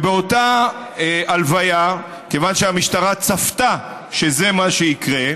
באותה הלוויה, כיוון שהמשטרה צפתה שזה מה שיקרה,